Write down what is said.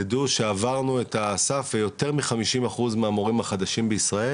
תדעו שעברנו את הסף ויותר מחמישים אחוז מהמורים החדשים בישראל